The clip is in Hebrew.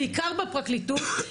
בעיקר בפרקליטות,